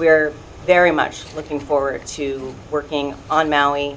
we are very much looking forward to working on maui